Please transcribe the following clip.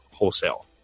Wholesale